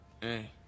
Hey